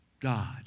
God